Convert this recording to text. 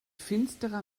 finsterer